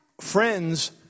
friends